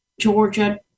Georgia